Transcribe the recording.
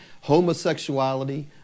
homosexuality